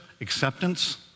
acceptance